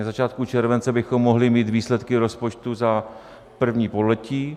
Na začátku července bychom mohli mít výsledky rozpočtu za první pololetí.